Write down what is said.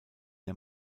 der